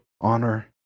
honor